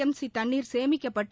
M C தண்ணீர் சேமிக்கப்பட்டு